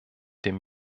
dem